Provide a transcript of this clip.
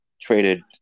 traded